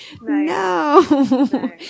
No